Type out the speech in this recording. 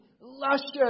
luscious